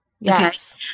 Yes